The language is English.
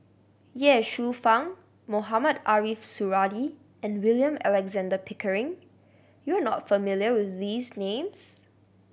Ye Shufang Mohamed Ariff Suradi and William Alexander Pickering you are not familiar with these names